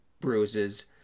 bruises